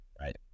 right